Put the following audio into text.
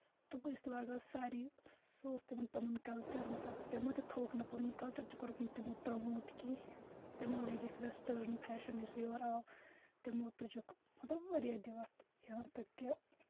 تِم ٲسۍ لاگان ساری سُہ اوس تِمَن پَنُن کَلچَر مطلب تِمو تہِ تھووُکھ نہٕ پَنُن کَلچَر تہِ کوٚرُکھ نہٕ تِمو پرٛٮ۪موٹ کیٚنٛہہ تِمو لٲگِکھ وٮ۪سٹٲرٕن فیشَن یُس یورٕ آو تِمو تُجُکھ مطلب واریاہ دِوَتھ یہاں تک کہِ